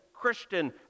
Christian